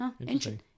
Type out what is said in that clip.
Interesting